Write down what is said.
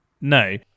no